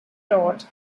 taught